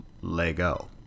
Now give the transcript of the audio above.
lego